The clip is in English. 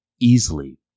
easily